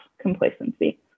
complacency